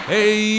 Hey